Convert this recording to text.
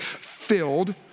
filled